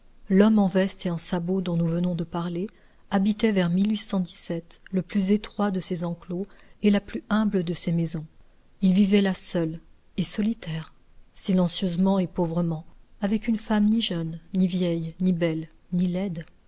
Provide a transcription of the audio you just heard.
l'homme en veste et en sabots dont nous venons de parler habitait vers le plus étroit de ces enclos et la plus humble de ces maisons il vivait là seul et solitaire silencieusement et pauvrement avec une femme ni jeune ni vieille ni belle ni laide